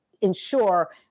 ensure